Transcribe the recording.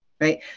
right